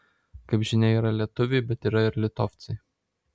kaip žinia yra lietuviai bet yra ir litovcai